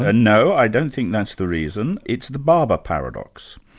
ah no, i don't think that's the reason. it's the barber paradox.